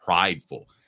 prideful